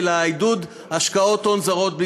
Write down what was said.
של עידוד השקעות הון זרות בישראל.